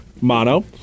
Mono